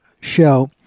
show